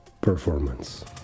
performance